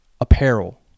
apparel